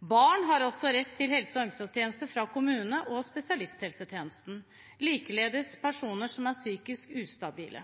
Barn har også rett til helse- og omsorgstjenester fra kommunene og spesialisthelsetjenesten, likeledes personer som er psykisk ustabile.